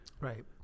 Right